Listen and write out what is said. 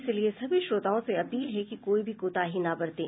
इसलिए सभी श्रोताओं से अपील है कि कोई भी कोताही न बरतें